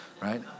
right